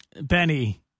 Benny